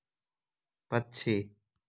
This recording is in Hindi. पक्षी